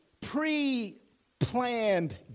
pre-planned